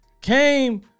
came